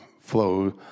flow